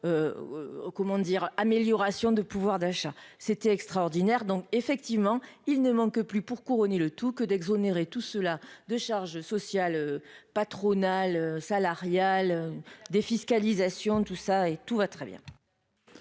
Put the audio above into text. comment dire amélioration de pouvoir d'achat, c'était extraordinaire, donc effectivement il ne manque plus, pour couronner le tout, que d'exonérer tout cela de charges sociales patronales, salariales défiscalisation tout ça et tout va très bien.